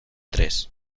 tres